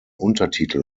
untertitel